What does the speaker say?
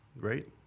great